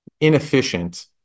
inefficient